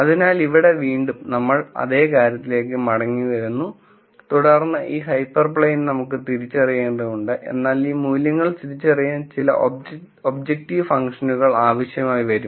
അതിനാൽ ഇവിടെ വീണ്ടും നമ്മൾ അതേ കാര്യത്തിലേക്ക് മടങ്ങിവരുന്നു തുടർന്ന് ഈ ഹൈപ്പർപ്ലെയിൻ നമുക്ക് തിരിച്ചറിയേണ്ടതുണ്ട് എന്നാൽ ഈ മൂല്യങ്ങൾ തിരിച്ചറിയാൻ ചില ഒബ്ജക്റ്റീവ് ഫങ്ഷനുകൾ ആവശ്യമായി വരും